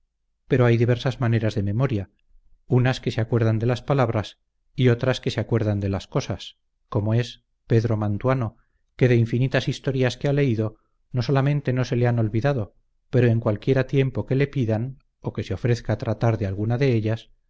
pero hay diversas maneras de memoria unas que se acuerdan de las palabras y otras que se acuerdan de las cosas como es pedro mantuano que de infinitas historias que ha leído no solamente no se le han olvidado pero en cualquiera tiempo que le pidan o que se ofrezca tratar de alguna de ellas